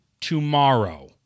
tomorrow